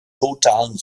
totalen